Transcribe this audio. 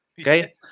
Okay